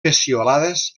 peciolades